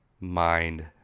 mind